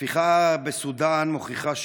ההפיכה בסודאן מוכיחה שוב: